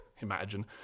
imagine